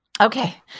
Okay